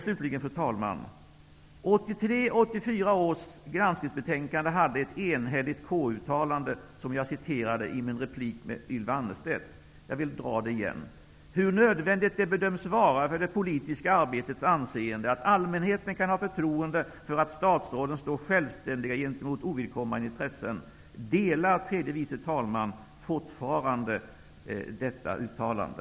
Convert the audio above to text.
Slutligen, fru talman, vill jag än en gång erinra om att i 1983/84 års granskningsbetänkande gjorde KU ett enhälligt uttalande som jag citerade i min replik till Ylva Annerstedt. Jag vill dra det igen: ''hur nödvändigt det bedöms vara för det politiska arbetets anseende att allmänheten kan ha förtroende för att statsråden står självständiga gentemot ovidkommande intressen.'' Delar tredje vice talmannen fortfarande den uppfattning som kommer till uttryck i detta uttalande?